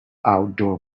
outdoor